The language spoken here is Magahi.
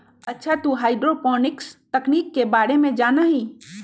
अच्छा तू हाईड्रोपोनिक्स तकनीक के बारे में जाना हीं?